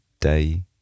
day